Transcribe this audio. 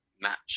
match